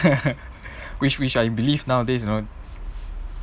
which which I believe nowadays you know